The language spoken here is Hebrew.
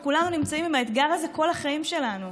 וכולנו נמצאים עם האתגר הזה כל החיים שלנו.